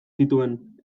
zituen